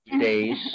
days